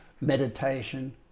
meditation